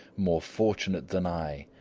more fortunate than i,